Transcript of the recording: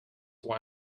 why